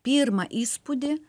pirmą įspūdį